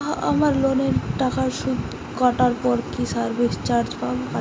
আমার লোনের টাকার সুদ কাটারপর কি সার্ভিস চার্জও কাটবে?